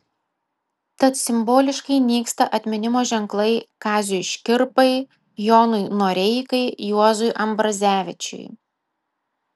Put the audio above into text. tad simboliškai nyksta atminimo ženklai kaziui škirpai jonui noreikai juozui ambrazevičiui